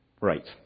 Right